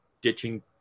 ditching